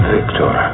Victor